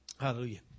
Hallelujah